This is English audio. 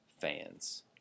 fans